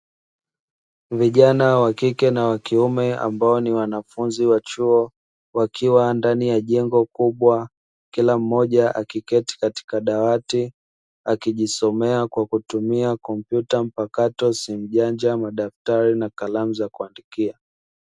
Vijana wa kike na wa kiume ambao ni wanafunzi wa chuo, wakiwa ndani ya jengo kubwa kila mmoja akiketi katika dawati akijisomea kwa kutumia kompyuta mpakato, simu janja, madaftari, na kalamu za kuandikia.